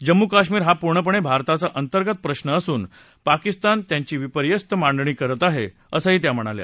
जम्मू कश्मीर हा पूर्णपणे भारताचा अंतर्गत प्रश्न असून पाकिस्तान त्यांची विपर्यस्त मांडणी करत आहे असं त्या म्हणाल्या